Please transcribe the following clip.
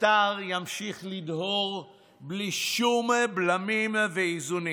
הקטר ימשיך לדהור בלי שום בלמים ואיזונים.